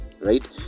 Right